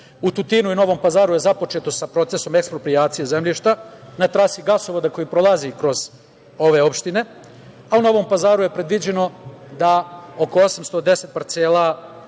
Tutinu i Novom Pazaru je započeto sa procesom eksproprijacije zemljišta na trasi gasovoda koji prolazi kroz ove opštine. U Novom Pazaru je predviđeno da oko 810 parcela